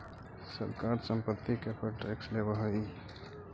सरकार संपत्ति के पर टैक्स लेवऽ हई